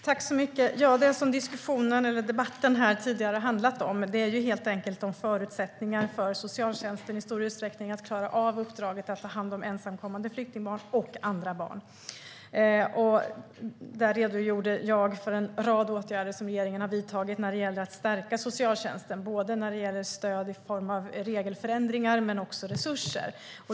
Fru talman! Det som debatten här tidigare handlat om är helt enkelt socialtjänstens förutsättningar att klara av uppdraget att ta hand om ensamkommande flyktingbarn och andra barn. Jag redogjorde för en rad åtgärder som regeringen har vidtagit för att stärka socialtjänsten med stöd i form av regelförändringar men också resurser.